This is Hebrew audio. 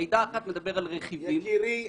מידע אחד מדבר על רכיבים --- יקירי,